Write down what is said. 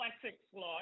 Classics-like